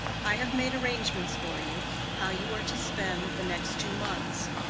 i have made arrangements for you how you are to spend the next two months.